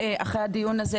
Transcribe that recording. אחרי הדיון הזה,